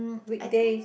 weekdays